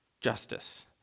justice